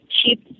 cheap